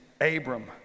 abram